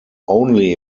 only